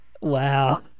wow